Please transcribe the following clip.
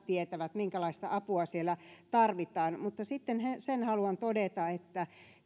tietävät minkälaista apua siellä tarvitaan sitten sen haluan todeta että